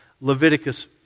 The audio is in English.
Leviticus